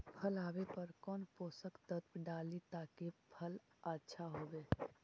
फल आबे पर कौन पोषक तत्ब डाली ताकि फल आछा होबे?